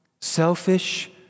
selfish